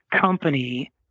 company